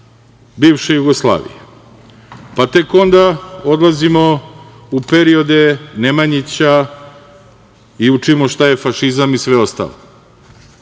bivše Jugoslavije, pa tek onda odlazimo u periode Nemanjića i učimo šta je fašizam i sve ostalo,